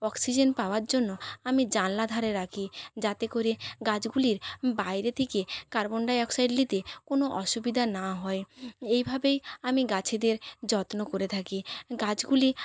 oxygen পাওয়ার জন্য আমি জানলার ধারে রাখি যাতে করে গাছগুলির বাইরে থেকে কার্বন ডাইঅক্সাইড নিতে কোনো অসুবিধা না হয় এইভাবেই আমি গাছেদের যত্ন করে থাকি গাছগুলি